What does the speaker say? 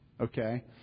Okay